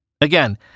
Again